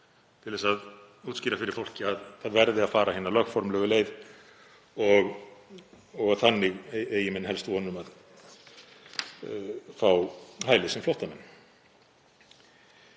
til að útskýra fyrir fólki að það verði að fara hina lögformlegu leið og þannig eigi menn helst von um að fá hæli sem flóttamenn.